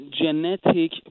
genetic